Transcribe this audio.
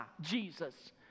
Jesus